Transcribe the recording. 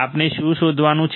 આપણે શું શોધવાનું છે